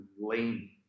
lean